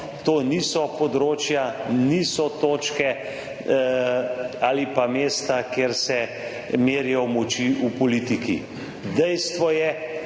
To niso področja, niso točke ali pa mesta, kjer se merijo moči v politiki. Dejstvo je,